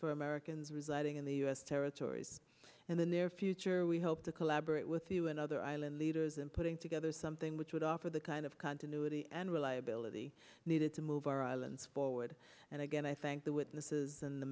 for americans residing in the u s territories in the near future we hope to collaborate with you and other island leaders in putting together something which would offer the kind of continuity and reliability needed to move our islands forward and again i thank the witnesses and the